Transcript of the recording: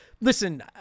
listen